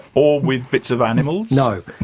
or with bits of animals? no.